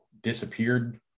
disappeared